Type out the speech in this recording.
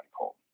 cold